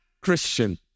Christian